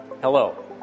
Hello